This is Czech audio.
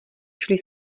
šli